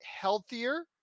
healthier